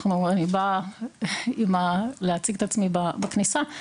אני באה להציג את עצמי בכניסה,